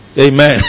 Amen